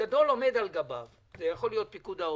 כשיש מי שעומד על גבן, זה יכול להיות פיקוד העורף.